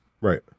Right